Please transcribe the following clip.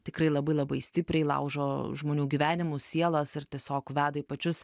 tikrai labai labai stipriai laužo žmonių gyvenimus sielas ir tiesiog veda į pačius